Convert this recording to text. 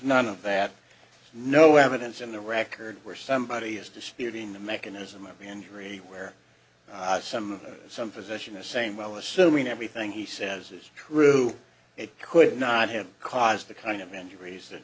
none of that no evidence in the record where somebody is disputing the mechanism of injury where i some of the some position of saying well assuming everything he says is true it could not have caused the kind of injuries that